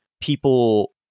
people